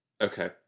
Okay